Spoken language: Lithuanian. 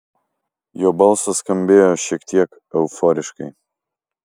jo balsas skambėjo šiek tiek euforiškai